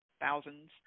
thousands